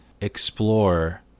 explore